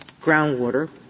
groundwater